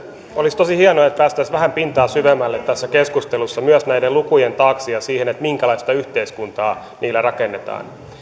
olisi tosi hienoa että päästäisiin vähän pintaa syvemmälle tässä keskustelussa myös näiden lukujen taakse ja siihen minkälaista yhteiskuntaa niillä rakennetaan